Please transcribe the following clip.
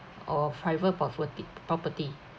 or private property property